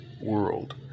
world